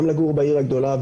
גם לגור בעיר הגדולה,